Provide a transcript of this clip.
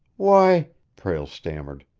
why prale stammered.